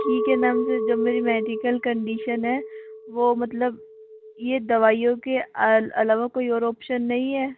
ठीक है मैम जो मेरी मेडिकल कंडीशन है वो मतलब ये दवाइयों के अलावा कोई और ऑप्शन नहीं है